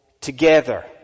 together